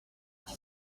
iki